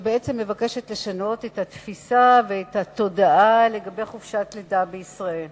שבעצם מבקשת לשנות את התפיסה והתודעה לגבי חופשת לידה בישראל.